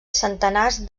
centenars